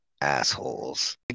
assholes